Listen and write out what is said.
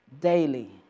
daily